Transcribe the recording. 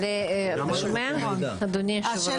אבל אתה שומע, אדוני יושב הראש?